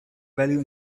value